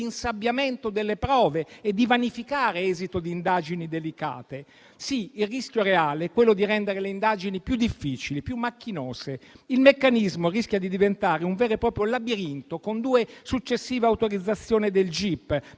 insabbiamento delle prove e di vanificare l'esito di indagini delicate. Sì, il rischio reale è quello di rendere le indagini più difficili, più macchinose. Il meccanismo rischia di diventare un vero e proprio labirinto con due successive autorizzazioni del